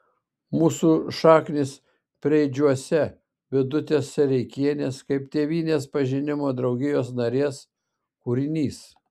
mūsų šaknys preidžiuose vidutės sereikienės kaip tėvynės pažinimo draugijos narės kūrinys